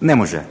Najprije